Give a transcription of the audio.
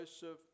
Joseph